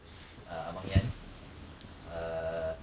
s~ err abang nian